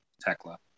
Tecla